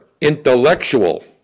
intellectual